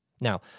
Now